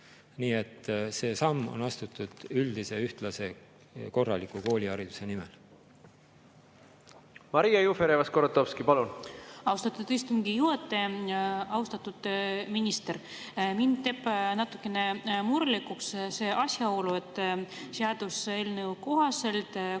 Nii et see samm on astutud üldise ühtlase ja korraliku koolihariduse nimel. Maria Jufereva-Skuratovski, palun! Austatud istungi juhataja! Austatud minister! Mind teeb natukene murelikuks see asjaolu, et seaduseelnõu kohaselt koolis